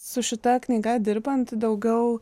su šita knyga dirbant daugiau